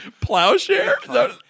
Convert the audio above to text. Plowshare